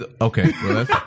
Okay